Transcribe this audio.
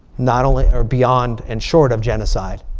not only or beyond and short of genocide.